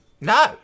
no